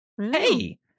Hey